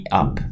up